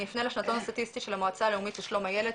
אני אפנה לשנתון הסטטיסטי של המועצה הלאומית לשלום הילד,